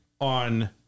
on